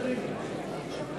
28)